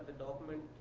document